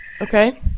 Okay